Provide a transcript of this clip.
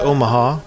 Omaha